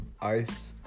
ice